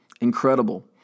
incredible